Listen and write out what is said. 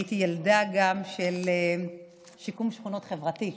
גם הייתי ילדה של שיקום שכונות חברתי.